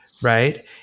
Right